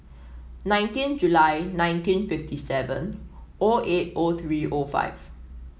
nineteen July nineteen fifty seven O eight O three O five